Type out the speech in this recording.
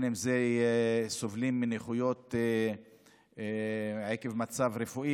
ואם הן סובלות מנכויות עקב מצב רפואי,